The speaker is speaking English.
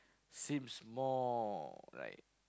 seems more like